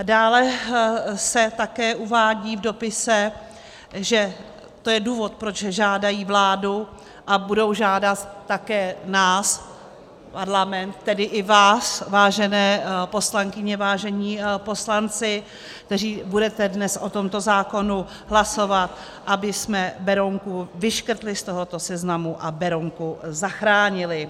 Dále se také uvádí v dopise, že to je důvod, proč žádají vládu a budou žádat také nás, Parlament, tedy i vás, vážené poslankyně, vážení poslanci, kteří budete dnes o tom zákonu hlasovat, abychom Berounku vyškrtli z tohoto seznamu a Berounku zachránili.